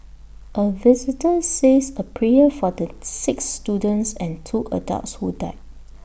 A visitor says A prayer for the six students and two adults who died